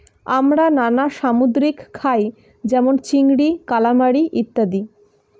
আমরা নানা সামুদ্রিক খাই যেমন চিংড়ি, কালামারী ইত্যাদি